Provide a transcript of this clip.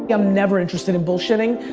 yeah i'm never interested in bullshitting.